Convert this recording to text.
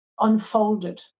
unfolded